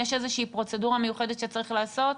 יש איזה שהיא פרוצדורה מיוחדת שצריך לעשות?